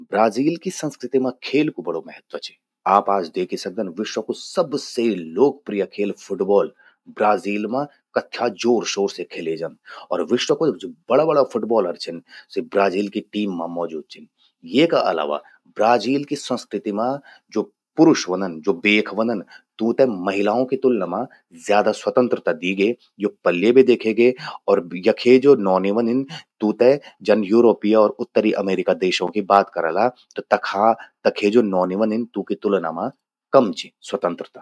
ब्राजील कि संस्कृति मां खेल कु बड़ु महत्व चि। आप आज द्येखी सकदन विश्व कु सबसे लोकप्रिय खेल, फुटबॉल ब्राजील मां कथ्या जोर शोर से खेल्ये जंद। और विश्व का ज्वो बड़ा बड़ा फुटबॉलर छिन, सि ब्राजील की टीम मां मौजूद छिन। येका अलावा ब्राजील की संस्कृति मां ज्वो पुरुष व्हंदन, बेख व्हंदन तूंते महिलाओं की तुलना मां ज्यादा स्वतंत्रता दी ग्ये। यो पल्ये बे देख्ये गे। और यखे ज्वो नौनि व्हंदिन तूंते जन यूरोपूय और उत्तरी अमेरिका देशूं कि बात करला, त तखा तखे ज्वो नौनी व्हंदिन तूंकि तुलना मां कम चि संवतंत्रता।